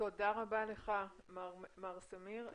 תודה לך מר סמיר.